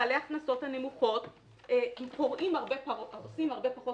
בעלי ההכנסות הנמוכות עושים הרבה פחות